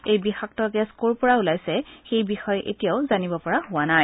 এই বিষাক্ত গেছ কৰ পৰা ওলাইছে সেই বিষয়ে এতিয়াও জানিব পৰা হোৱা নাই